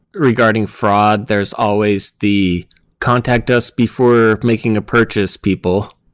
regarding fraud, there's always the contact us before making a purchase people,